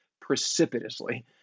precipitously